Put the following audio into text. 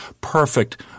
perfect